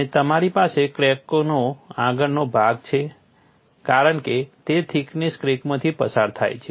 અને તમારી પાસે ક્રેકનો આગળનો ભાગ છે કારણ કે તે થિકનેસ ક્રેકમાંથી પસાર થાય છે